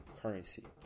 currency